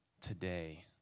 today